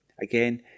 Again